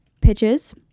pitches